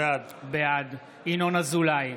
בעד ינון אזולאי,